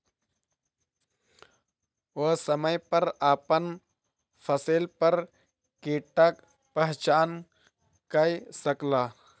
ओ समय पर अपन फसिल पर कीटक पहचान कय सकला